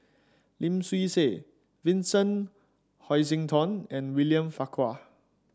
Lim Swee Say Vincent Hoisington and William Farquhar